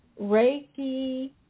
Reiki